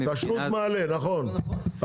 כשרות מעלה נכון,